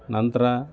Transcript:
ನಂತರ